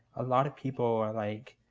a lot of people. ah like